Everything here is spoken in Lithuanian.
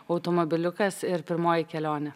automobiliukas ir pirmoji kelionė